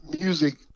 music